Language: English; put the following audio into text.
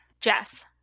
Jess